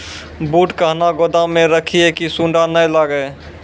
बूट कहना गोदाम मे रखिए की सुंडा नए लागे?